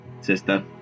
sister